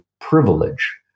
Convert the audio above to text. privilege